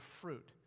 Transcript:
fruit